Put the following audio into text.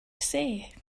say